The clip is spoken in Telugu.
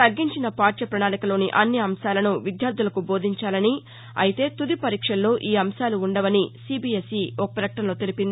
తగ్గించిన పాఠ్య ప్రణాళికలోని అన్ని అంశాలను విద్యార్దులకు బోధించాలని అయితే తుది పరీక్షల్లో ఈ అంశాలు ఉండవనీ సిబీఎఈ ఒక పకటనలో తెలిపింది